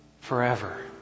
forever